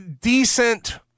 decent